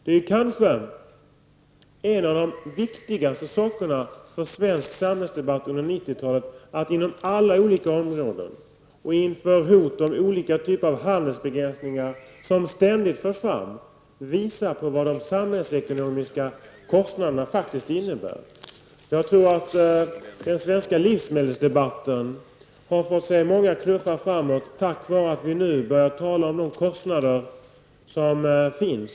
En av de kanske viktigaste uppgifterna för svensk samhällsdebatt under 90-talet är att inom alla olika områden och inför de hot om olika typer av handelsbegränsningar som ständigt förs fram, visa på vad de samhällsekonomiska kostnaderna faktiskt innebär. Jag tror att den svenska livsmedelsdebatten har fått sig många knuffar framåt tack vare att vi nu börjar tala om kostnaderna.